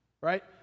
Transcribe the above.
Right